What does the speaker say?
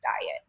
diet